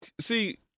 see